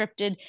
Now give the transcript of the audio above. scripted